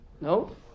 No